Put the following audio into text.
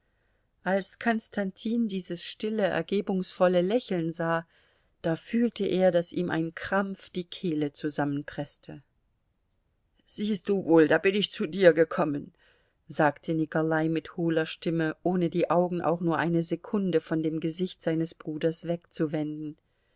als konstantin dieses stille ergebungsvolle lächeln sah da fühlte er daß ihm ein krampf die kehle zusammenpreßte siehst du wohl da bin ich zu dir gekommen sagte nikolai mit hohler stimme ohne die augen auch nur eine sekunde von dem gesicht seines bruders wegzuwenden